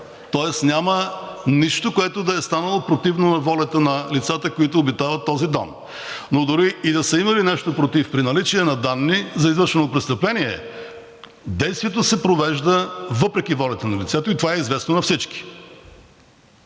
Тоест няма нищо, което да е станало противно на волята на лицата, които обитават този дом. Но дори и да са имали нещо против, при наличие на данни за извършено престъпление действието се провежда въпреки волята на лицето, и това е известно на всички.